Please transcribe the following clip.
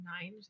nine